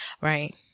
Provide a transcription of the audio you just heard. Right